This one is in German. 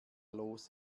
los